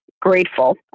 grateful